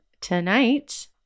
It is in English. tonight